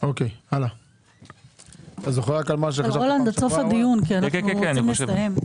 אבל רולנד, עד סוף הדיון כי אנחנו רוצים לסיים.